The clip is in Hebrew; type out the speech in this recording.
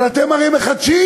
אבל אתם הרי מחדשים,